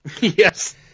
yes